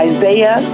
Isaiah